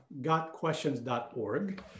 gotquestions.org